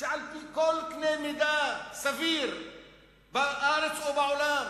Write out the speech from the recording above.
שעל-פי כל קנה-מידה סביר בארץ או בעולם